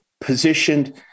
positioned